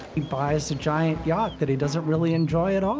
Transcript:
he buys a giant yacht that he doesn't really enjoy at all.